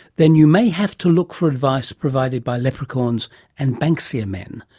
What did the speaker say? then you may have to look for advice provided by leprechauns and banksia men,